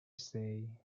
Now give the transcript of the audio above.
stay